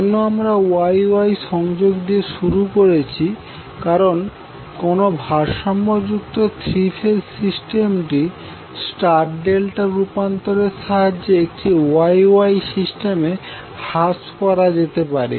কেন আমরা Y Y সংযোগ দিয়ে শুরু করছি কারণ কোন ভারসাম্য যুক্ত থ্রী ফেজ সিস্টেমটি স্টার ডেল্টা রূপান্তরের সাহায্যে একটি Y Y সিস্টেমে হ্রাস করা যেতে পারে